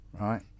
right